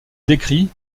décrit